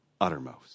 uttermost